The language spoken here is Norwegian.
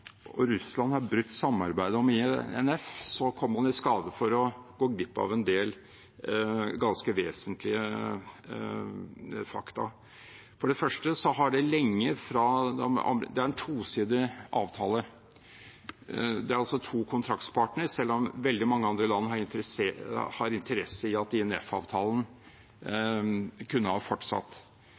og Russland har brutt samarbeidet om INF, kommer man i skade for å gå glipp av en del ganske vesentlige fakta. For det første er det en tosidig avtale. Det er altså to kontraktspartnere, selv om veldig mange andre land har interesse av at INF-avtalen kunne ha fortsatt.